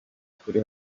kuri